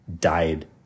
died